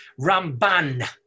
Ramban